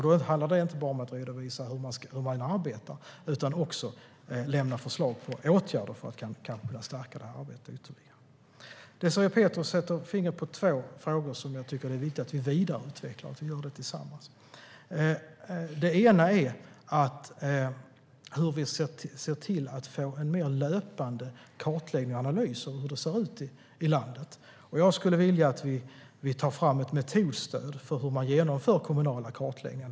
Då handlar det inte bara om att redovisa hur man arbetar, utan man ska också lämna förslag på åtgärder för att stärka arbetet. Désirée Pethrus sätter fingret på två frågor som jag tycker att det är viktigt att vi vidareutvecklar tillsammans. Det ena är hur vi ser till att få en mer löpande kartläggning och analys av hur det ser ut i landet. Jag skulle vilja att vi tar fram ett metodstöd för hur man genomför kommunala kartläggningar.